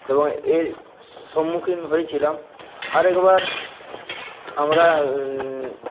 এবং এর সম্মুখীন হয়েছিলাম আর একবার আমরা